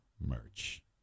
merch